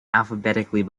alphabetically